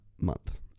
month